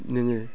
नोङो